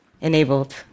enabled